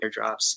airdrops